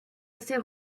assez